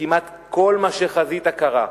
וכמעט כל מה שחזית קרה,